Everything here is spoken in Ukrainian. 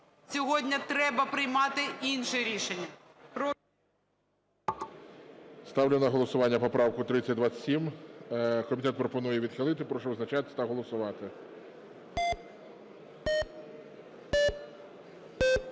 сьогодні треба приймати інше рішення.